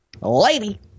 lady